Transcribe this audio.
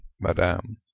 Madame